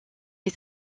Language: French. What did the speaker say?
est